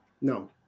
no